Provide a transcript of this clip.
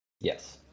yes